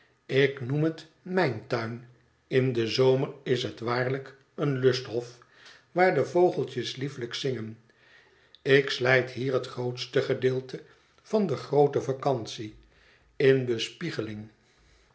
ik noem het mijn tuin in den zomer is het waarlijk een lusthof waar de vogeltjes liefelijk zingen ik slijt hier het grootste gedeelte van de groote vacantie in